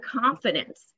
confidence